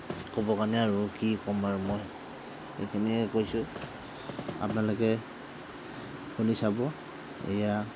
ক'বৰ কাৰণে আৰু কি ক'ম মই এইখিনিয়ে কৈছোঁ আপোনালোকে শুনি চাব এইয়া